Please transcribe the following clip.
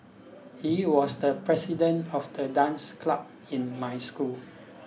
he was the president of the dance club in my school